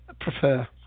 prefer